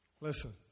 Listen